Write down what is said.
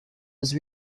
his